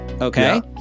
okay